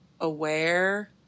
aware